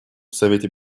совете